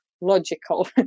logical